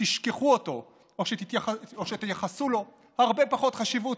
תשכחו אותו או שתייחסו לו הרבה פחות חשיבות.